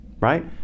right